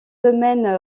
domaine